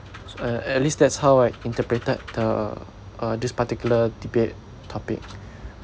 uh at least that's how I interpreted the uh this particular debate topic